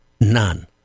none